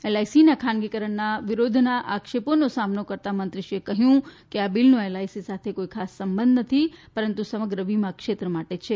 એલઆઈસીના ખાનગીકરણના વિરોધના આક્ષેપોનો સામનો કરતાં મંત્રીશ્રીએ કહ્યું કે આ બિલનો એલઆઈસી સાથે કોઈ ખાસ સંબંધ નથી પરંતુ સમગ્ર વીમા ક્ષેત્ર માટે છે